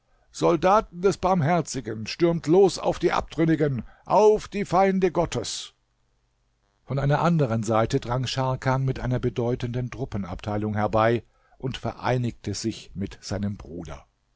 soldaten des barmherzigen stürmt los auf die abtrünnigen auf die feinde gottes von einer anderen seite drang scharkan mit einer bedeutenden truppenabteilung herbei und vereinigte sich mit seinem bruder